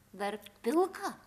dar pilka